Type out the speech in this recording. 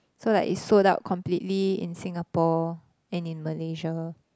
so like it's sold out completely in Singapore and in Malaysia